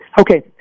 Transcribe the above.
Okay